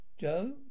Joe